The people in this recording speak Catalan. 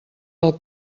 del